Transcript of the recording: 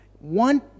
One